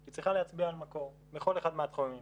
היא צריכה להצביע על מקור בכל אחד מהתחומים